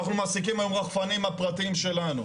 אנחנו מעסיקים רחפנים פרטיים שלנו.